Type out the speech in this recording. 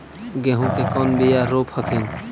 गेहूं के कौन बियाह रोप हखिन?